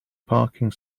parking